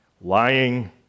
lying